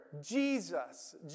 Jesus